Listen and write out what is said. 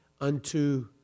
unto